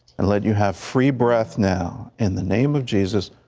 and let you have free breath, now, in the name of jesus,